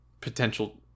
potential